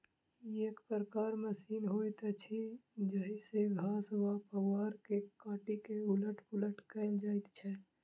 ई एक प्रकारक मशीन होइत अछि जाहि सॅ घास वा पुआर के काटि क उलट पुलट कयल जाइत छै